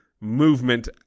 movement